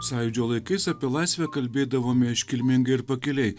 sąjūdžio laikais apie laisvę kalbėdavome iškilmingai ir pakiliai